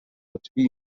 قطبی